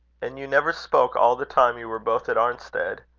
and you never spoke all the time you were both at arnstead?